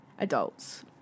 adults